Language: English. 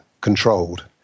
controlled